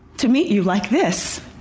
to meet you like this.